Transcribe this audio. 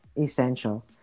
essential